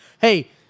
Hey